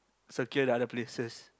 secure the other places